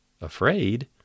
Afraid